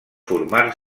formar